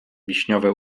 wiśniowe